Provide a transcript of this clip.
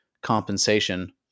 compensation